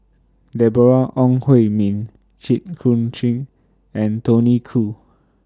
Deborah Ong Hui Min Jit Koon Ch'ng and Tony Khoo